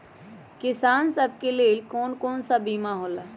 किसान सब के लेल कौन कौन सा बीमा होला?